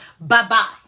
bye-bye